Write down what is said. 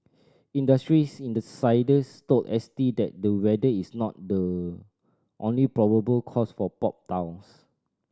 industry insiders told S T that the weather is not the only probable cause for popped tiles